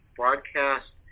broadcast